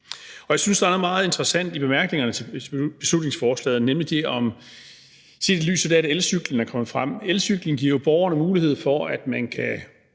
Jeg synes, der står noget meget interessant i bemærkningerne til beslutningsforslaget, nemlig det om, at elcyklen vinder frem. Elcyklen giver jo borgerne mulighed for og mod på